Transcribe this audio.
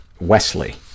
Wesley